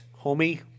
homie